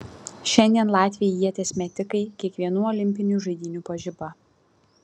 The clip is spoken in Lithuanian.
šiandien latviai ieties metikai kiekvienų olimpinių žaidynių pažiba